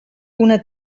una